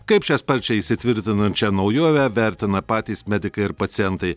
kaip šią sparčiai įsitvirtinančią naujovę vertina patys medikai ir pacientai